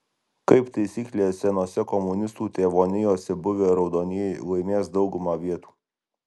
kaip taisyklė senose komunistų tėvonijose buvę raudonieji laimės daugumą vietų